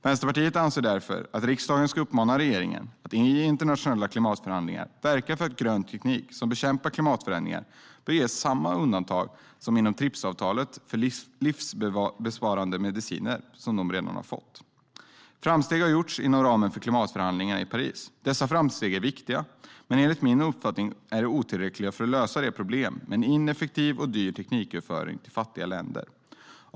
Vänsterpartiet anser därför att riksdagen ska uppmana regeringen att i internationella klimatförhandlingar verka för att grön teknik som bekämpar klimatförändringarna bör ges samma undantag inom TRIPS-avtalet som livsbesparande mediciner redan har fått. Framsteg har gjorts inom ramen för klimatförhandlingarna i Paris. Dessa framsteg är viktiga, men enligt min uppfattning är de otillräckliga för att lösa problemet med en ineffektiv och dyr tekniköverföring till fattiga länder.